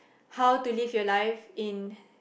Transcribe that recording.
how to live your life in